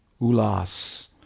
Ulas